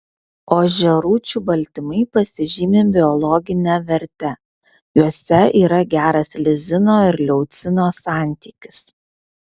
ožiarūčių baltymai pasižymi biologine verte juose yra geras lizino ir leucino santykis